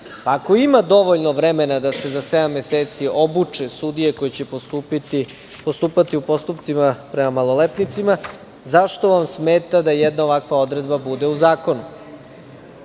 Ako ima dovoljno vremena da se za sedam meseci obuče sudije koje će postupati u postupcima prema maloletnicima, zašto vam smeta da jedna ovakva odredba bude u